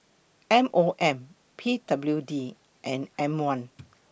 M O M P W D and M one